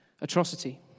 atrocity